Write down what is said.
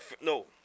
No